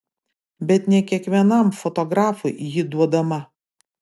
bet ne kiekvienam fotografui ji duodama